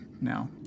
now